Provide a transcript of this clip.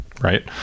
right